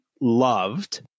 Loved